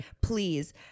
Please